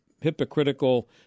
hypocritical